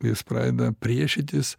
jis pradeda priešitis